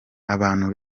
abantu